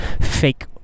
fake